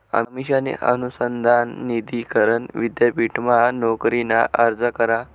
अमिषाने अनुसंधान निधी करण विद्यापीठमा नोकरीना अर्ज करा